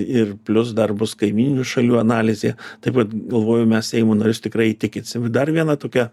ir plius dar bus kaimyninių šalių analizė taip pat galvoju mes seimo narius tikrai įtikinsim ir dar viena tokia